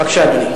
בבקשה, אדוני.